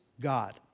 God